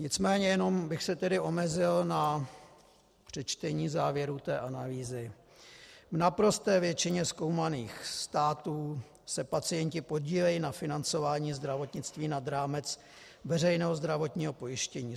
Nicméně jenom bych se omezil na přečtení závěrů té analýzy: V naprosté většině zkoumaných států se pacienti podílejí na financování zdravotnictví nad rámec veřejného zdravotního pojištění.